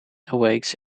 awakes